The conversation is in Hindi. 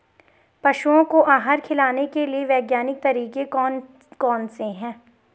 पशुओं को आहार खिलाने के लिए वैज्ञानिक तरीके कौन कौन से हैं?